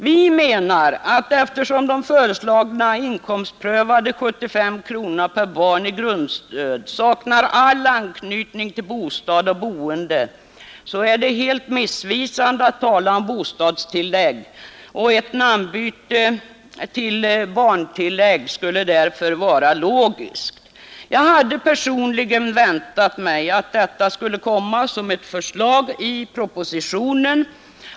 Vi menar att eftersom de föreslagna inkomstprövade 75 kronorna per barn i grundstöd saknar all anknytning till bostad och boende är det helt missvisande att tala om bostadstillägg, och ett namnbyte till barn tillägg skulle var helt logiskt. Jag hade personligen väntat mig att detta skulle komma som ett förslag i propositionen.